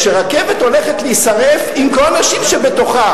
כשרכבת הולכת להישרף עם כל האנשים שבתוכה